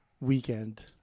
weekend